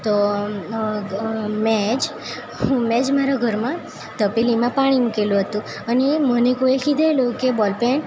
તો મેં જ મેં જ મારા ઘરમાં તપેલીમાં પાણી મૂકેલું હતું અને એ મને કોઈ કીધેલું કે બોલપેન